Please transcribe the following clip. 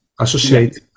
associate